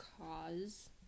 cause